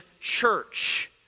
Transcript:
church